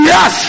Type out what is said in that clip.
Yes